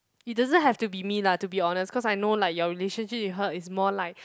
it doesn't have to be me lah to be honest cause I know like your relationship with her is more like